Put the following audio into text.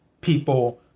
people